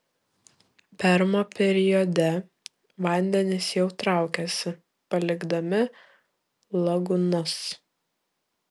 permo periode vandenys jau traukiasi palikdami lagūnas